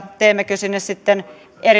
teemmekö sinne sitten